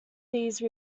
these